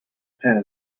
pen